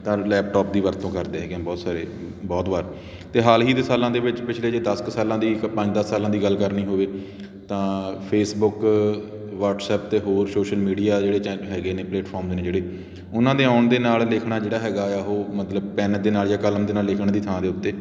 ਤਾਂ ਲੈਪਟੋਪ ਦੀ ਵਰਤੋਂ ਕਰਦੇ ਹੈਗੇ ਹਾਂ ਬਹੁਤ ਸਾਰੇ ਬਹੁਤ ਵਾਰ ਅਤੇ ਹਾਲ ਹੀ ਦੇ ਸਾਲਾਂ ਦੇ ਵਿੱਚ ਪਿਛਲੇ ਜੇ ਦਸ ਕੁ ਸਾਲਾਂ ਦੀ ਪੰਜ ਦਸ ਸਾਲਾਂ ਦੀ ਗੱਲ ਕਰਨੀ ਹੋਵੇ ਤਾਂ ਫੇਸਬੁੱਕ ਵਟਸਐਪ 'ਤੇ ਹੋਰ ਸੋਸ਼ਲ ਮੀਡੀਆ ਜਿਹੜੇ ਚੈਨਲ ਹੈਗੇ ਨੇ ਪਲੇਟਫੋਰਮ ਦੇ ਨੇ ਜਿਹੜੇ ਉਹਨਾਂ ਦੇ ਆਉਣ ਦੇ ਨਾਲ਼ ਲਿਖਣਾ ਜਿਹੜਾ ਹੈਗਾ ਆ ਉਹ ਮਤਲਬ ਪੈੱਨ ਦੇ ਨਾਲ਼ ਜਾਂ ਕਲਮ ਦੇ ਨਾਲ਼ ਲਿਖਣ ਦੀ ਥਾਂ ਦੇ ਉੱਤੇ